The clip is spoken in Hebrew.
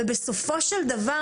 ובסופו של דבר,